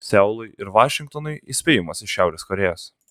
seului ir vašingtonui įspėjimas iš šiaurės korėjos